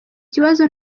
kibazo